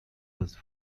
was